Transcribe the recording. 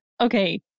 Okay